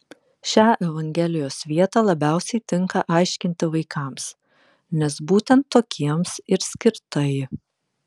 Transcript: šią evangelijos vietą labiausiai tinka aiškinti vaikams nes būtent tokiems ir skirta ji